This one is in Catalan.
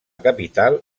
capital